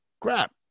crap